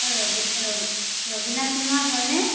অঁ ৰবীনা সোণোৱাল হয়নে